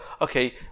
okay